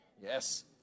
Yes